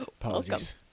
Apologies